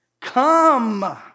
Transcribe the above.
Come